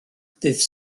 dydd